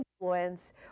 influence